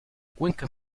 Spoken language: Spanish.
cuenca